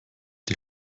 die